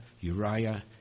Uriah